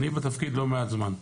אני בתפקיד לא מעט זמן.